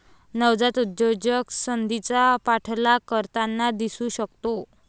नवजात उद्योजक संधीचा पाठलाग करताना दिसू शकतो